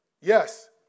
Yes